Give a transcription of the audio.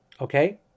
Okay